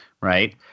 Right